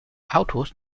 autos